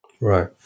Right